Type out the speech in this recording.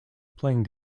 playing